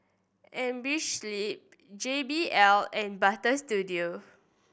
Amerisleep J B L and Butter Studio